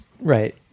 right